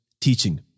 teaching